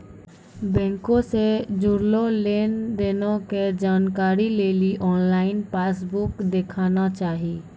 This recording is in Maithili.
बैंको से जुड़लो लेन देनो के जानकारी लेली आनलाइन पासबुक देखना चाही